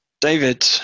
david